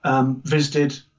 visited